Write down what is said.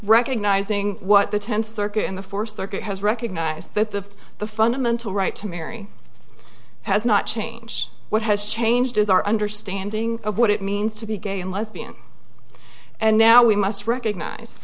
recognizing what the tenth circuit in the fourth circuit has recognized that the the fundamental right to marry has not change what has changed is our understanding of what it means to be gay and lesbian and now we must recognize